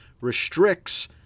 restricts